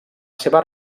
seva